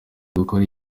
gukora